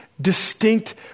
distinct